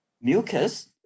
mucus